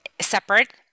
separate